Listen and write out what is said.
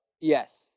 yes